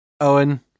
Owen